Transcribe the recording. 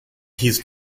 his